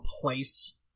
place